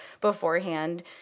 beforehand